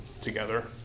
together